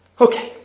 Okay